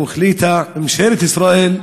או החליטה ממשלת ישראל,